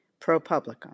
ProPublica